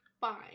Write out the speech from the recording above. bye